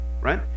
right